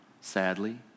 sadly